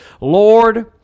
Lord